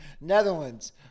Netherlands